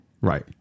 Right